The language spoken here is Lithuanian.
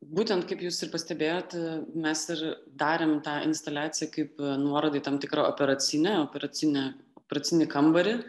būtent kaip jūs ir pastebėjot mes ir darėm tą instaliaciją kaip nuorodą į tam tikrą operacinę operacinę operacinį kambarį